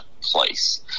Place